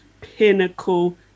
pinnacle